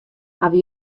hawwe